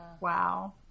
Wow